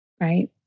Right